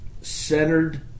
centered